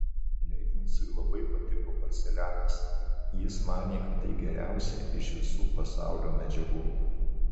leibnicui labai patiko porcelianas jis manė kad tai geriausia iš visų pasaulio medžiagų